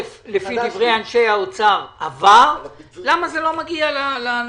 לפי דברי אנשי האוצר הכסף עבר ואני רוצה לדעת למה זה לא מגיע לאנשים.